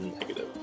Negative